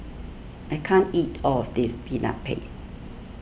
I can't eat all of this Peanut Paste